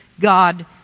God